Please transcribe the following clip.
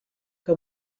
que